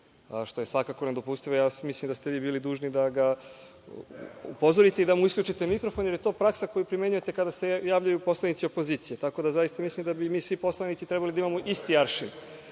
što je svakako nedopustivo. Mislim da ste bili dužni da ga upozorite, da mu isključite mikrofon, jer je to praksa koju primenjujete kada se javljaju poslanici opozicije, tako da mislim da bi mi svi poslanici trebali da imamo isti aršin. Mislim